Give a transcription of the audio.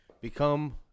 Become